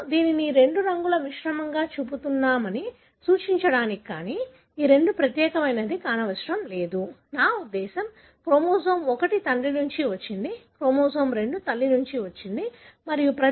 మనము దీనిని ఈ రెండు రంగుల మిశ్రమంగా చూపుతున్నామని సూచించడానికి కానీ ఈ రెండు ప్రత్యేకమైనవి కానవసరం లేదు నా ఉద్దేశ్యం క్రోమోజోమ్ 1 తండ్రి నుండి వచ్చింది మరియు క్రోమోజోమ్ 2 తల్లి నుండి వచ్చింది